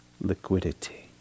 liquidity